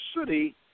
city